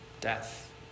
death